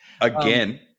again